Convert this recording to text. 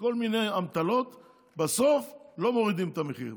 בכל מיני אמתלות בסוף לא מורידות את המחיר.